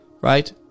Right